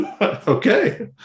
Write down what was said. Okay